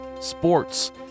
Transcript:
sports